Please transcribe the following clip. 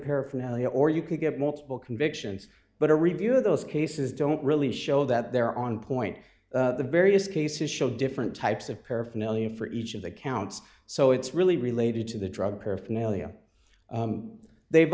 paraphernalia or you could get multiple convictions but a review of those cases don't really show that they're on point the various cases show different types of paraphernalia for each of the counts so it's really related to the drug paraphernalia they've